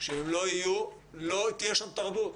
שאם הם לא יהיו לא תהיה שם תרבות.